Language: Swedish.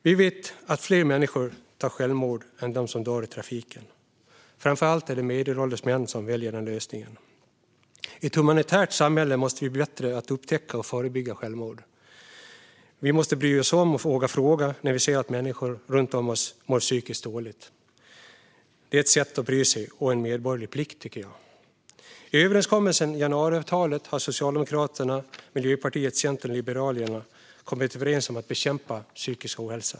Vi vet att det är fler människor som begår självmord än som dör i trafiken. Framför allt är det medelålders män som väljer den lösningen. I ett humanitärt samhälle måste vi bli bättre på att upptäcka och förebygga självmord. Vi måste bry oss om och våga fråga när vi ser att människor runt oss mår psykiskt dåligt. Det är ett sätt att bry sig och en medborgerlig plikt, tycker jag. I januariavtalet har Socialdemokraterna, Miljöpartiet, Centern och Liberalerna kommit överens om att bekämpa psykisk ohälsa.